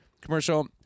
commercial